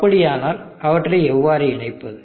அப்படியானால் அவற்றை எவ்வாறு இணைப்பது